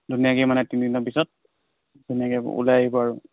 ধুনীয়াকৈ মানে তিনদিনৰ পাছত ধুনীয়াকৈ ওলাই আহিব আৰু